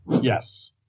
Yes